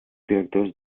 directors